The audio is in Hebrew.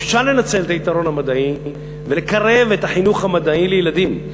אפשר לנצל את היתרון המדעי ולקרב את החינוך המדעי לילדים.